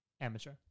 Amateur